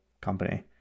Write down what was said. company